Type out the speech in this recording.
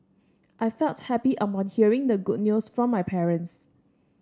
I felt happy upon hearing the good news from my parents